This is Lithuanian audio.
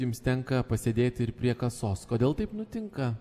jums tenka pasėdėti ir prie kasos kodėl taip nutinka